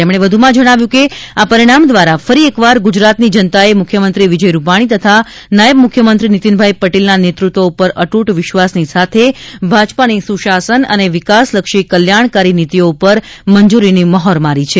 તેમણે વ્ધુમાં જણાવ્યું છે કે આ પરિણામ દ્વારા ફરી એકવાર ગુજરાતની જનતાએ મુખ્યમંત્રીશ્રી વિજયભાઇ રૂપાલી તથા નાયબમંત્રીશ્રી નીતીનભાઇ પટેલના નેતૃત્વ પર અતુટ વિશ્વાસની સાથે ભાજપાની સુશાસન અને વિકાસલક્ષી કલ્યાણકારી નિતીઓ ઉપર મંજૂરીની મહોર મારી છે